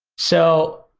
so,